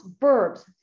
verbs